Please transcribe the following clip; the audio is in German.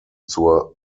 zur